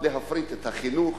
להפריט את החינוך,